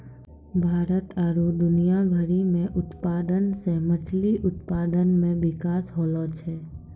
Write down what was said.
भारत आरु दुनिया भरि मे उत्पादन से मछली उत्पादन मे बिकास होलो छै